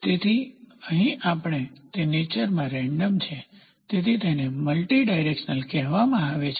તેથી અહીં આપણે તે નેચરમાં રેન્ડમ છે તેથી તેને મલ્ટિડારેક્શનલ કહેવામાં આવે છે